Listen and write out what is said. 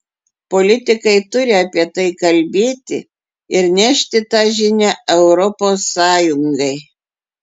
politikai turi apie tai kalbėti ir nešti tą žinią europos sąjungai